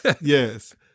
Yes